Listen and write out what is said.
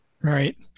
Right